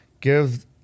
give